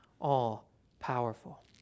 all-powerful